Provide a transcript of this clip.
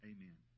Amen